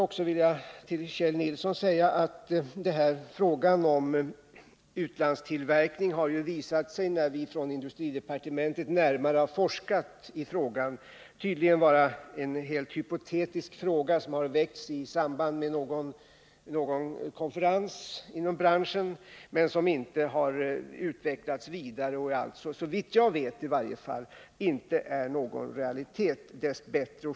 Jag vill till Kjell Nilsson säga att frågan om utlandstillverkning har — när vi från industridepartementet närmare har forskat i saken — visat sig vara en helt hypotetisk fråga, som har väckts i samband med en konferens inom branschen men som inte har utvecklats vidare. Såvitt jag vet är den alltså inte någon realitet — dess bättre.